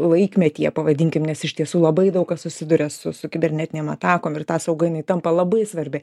laikmetyje pavadinkim nes iš tiesų labai daug kas susiduria su su kibernetinėm atakom ir ta sauga jinai tampa labai svarbi